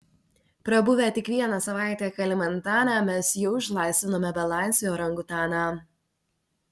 prabuvę tik vieną savaitę kalimantane mes jau išlaisvinome belaisvį orangutaną